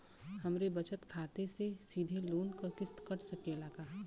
हमरे बचत खाते से सीधे लोन क किस्त कट सकेला का?